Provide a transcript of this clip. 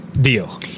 deal